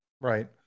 right